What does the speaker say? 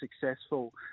successful